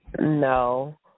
No